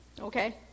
okay